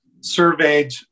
surveyed